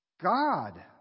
god